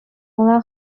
була